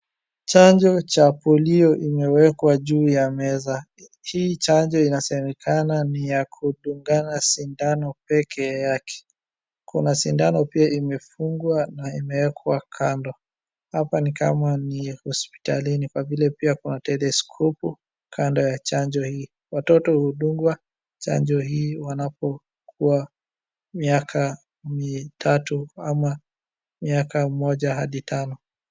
Chanjo cha polio imewekwa juu ya meza. Hii chanjo inasemekana ni ya kudungana sindano peke yake. Kuna sindano pia imefungwa na imewekwa kando. Hapa ni kama ni hospitalini kwa vile pia kuna teleskopu kando ya chanjo hii. Watoto hudungwa chanjo hii wanapokuwa miaka mia tatu au miaka mmoja hadi tano.